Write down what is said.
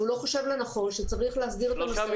שהוא לא חושב לנכון שצריך להסדיר את הנושא הזה --- 3